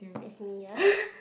is me ah